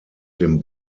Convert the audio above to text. dem